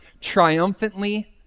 triumphantly